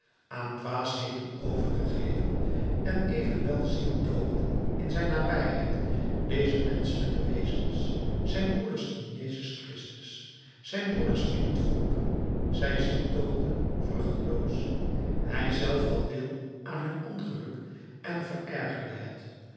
aan dwaasheden overgegeven en evenwel zieltoogden in zijn nabijheid deze menschelijke wezens zijn broeders in jezus christus zijn broeders in het volk zij zieltoogden vruchteloos hij zelf had deel aan hun ongeluk en verergerde het